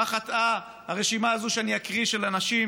מה חטאה הרשימה הזאת שאני אקריא, של אנשים